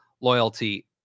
loyalty